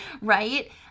right